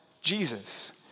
Jesus